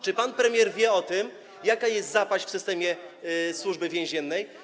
Czy pan premier wie o tym, jaka jest zapaść w systemie Służby Więziennej?